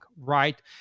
right